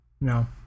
No